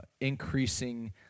increasing